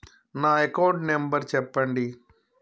నా account number చెప్పండి?